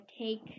take